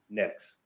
next